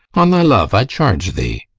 on thy love, i charge thee.